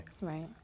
Right